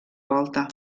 volta